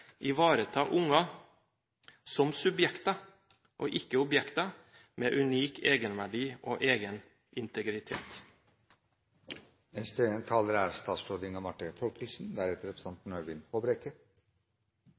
ivareta unger som subjekter og ikke objekter, med unik egenverdi og egen integritet? Det korte svaret på spørsmålet fra representanten Håbrekke er